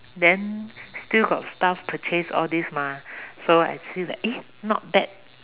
then still got staff purchase all these mah so I see that eh not bad